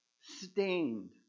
stained